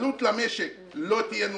עלות למשק לא תהיה נוספת,